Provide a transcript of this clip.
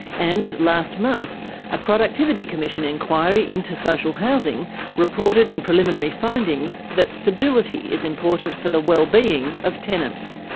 and last month a productivity commission inquiry into social housing reported in preliminary findings that stability is important for the wellbeing of tenants.